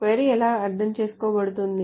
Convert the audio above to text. query ఎలా అర్థంచేసుకోబడుతోంది